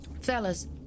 fellas